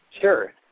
Sure